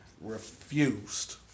Refused